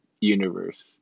universe